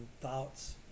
thoughts